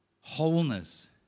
wholeness